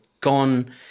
gone